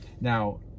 Now